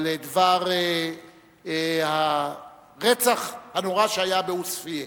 על דבר הרצח הנורא שהיה בעוספיא.